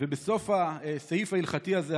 בסוף הסעיף ההלכתי הזה,